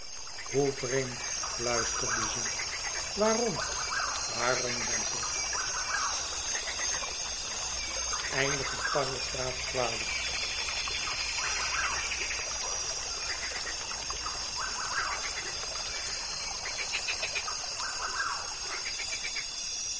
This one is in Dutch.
hoe vreemd fluisterde ze waarom waarom dan toch